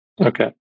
Okay